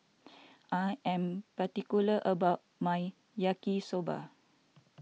I am particular about my Yaki Soba